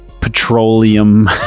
petroleum